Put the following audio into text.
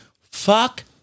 fuck